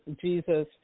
Jesus